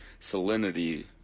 salinity